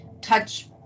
touch